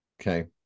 Okay